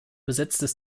besetztes